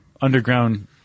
underground